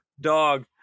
Dog